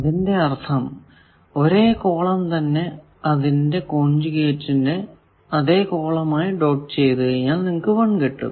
അതിന്റെ അർഥം ഒരേ കോളം തന്നെ അതിന്റെ കോൺജുഗേറ്റിന്റെ അതെ കോളമായി ഡോട്ട് ചെയ്താൽ നിങ്ങൾക്കു 1 കിട്ടും